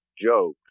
joke